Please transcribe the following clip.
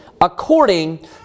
according